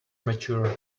mature